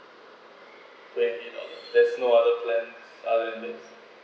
twenty dollars there's no other plan other this